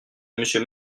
monsieur